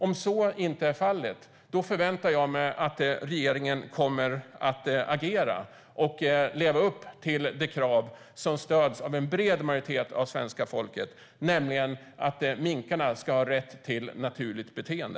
Om så inte är fallet förväntar jag mig att regeringen kommer att agera och leva upp till det krav som stöds av en bred majoritet av svenska folket, nämligen att minkarna ska ha rätt till naturligt beteende.